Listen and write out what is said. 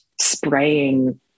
spraying